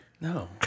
No